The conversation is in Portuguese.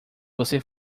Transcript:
você